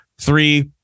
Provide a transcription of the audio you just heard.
Three